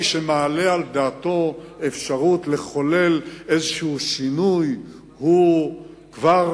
מי שמעלה על דעתו אפשרות לחולל איזשהו שינוי הוא כבר